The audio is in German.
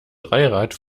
dreirad